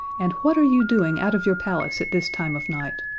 and what are you doing out of your palace at this time of night?